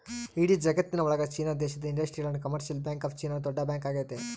ಇಡೀ ಜಗತ್ತಿನ ಒಳಗ ಚೀನಾ ದೇಶದ Industrial and Commercial Bank of China ದೊಡ್ಡ ಬ್ಯಾಂಕ್ ಆಗೈತೆ